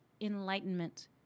enlightenment